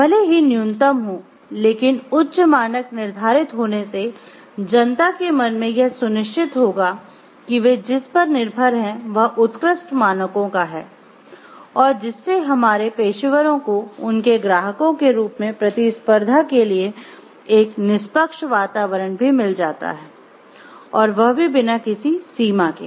भले ही न्यूनतम हो लेकिन उच्च मानक निर्धारित होने से जनता के मन में यह सुनिश्चित होगा की वे जिस पर यह निर्भर है वह उत्कृष्ट मानकों का है और जिससे हमारे पेशेवरों को उनके ग्राहकों के रूप मे प्रतिस्पर्धा के लिए एक निष्पक्ष वातावरण भी मिल जाता है और वह भी बिना किसी सीमा के